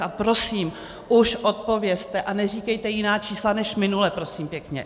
A prosím, už odpovězte a neříkejte jiná čísla než minule, prosím pěkně.